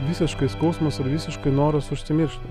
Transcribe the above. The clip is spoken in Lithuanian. visiškai skausmas ir visiškai noras užsimiršti